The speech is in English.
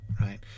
right